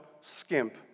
skimp